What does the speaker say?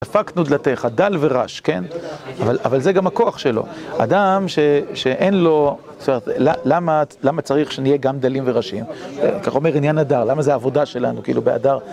דפקנו דלתך, דל ורש, כן? אבל זה גם הכוח שלו. אדם שאין לו... זאת אומרת, למה צריך שנהיה גם דלים ורשים? ככה אומר עניין אדר, למה זו העבודה שלנו כאילו, באדר...